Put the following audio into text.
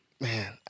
Man